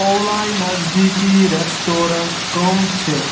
اولاے نزدیٖکی رٮ۪سٹورَنٛٹ کٕم چھِ